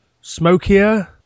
smokier